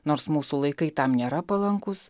nors mūsų laikai tam nėra palankūs